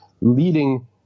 leading